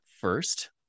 first